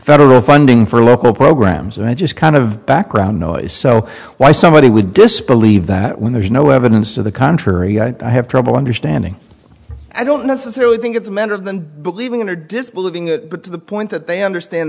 federal funding for local programs and i just kind of background noise so why somebody would disbelieve that when there's no evidence to the contrary i have trouble understanding i don't necessarily think it's a matter of them believing in their disbelieving but to the point that they understand